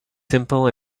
simple